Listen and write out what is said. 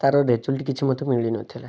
ତାର ରେଜଲ୍ଟ କିଛି ମୋତେ ମିଳିନଥିଲା